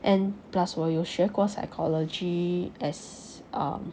and plus 我有学过 psychology as uh